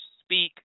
speak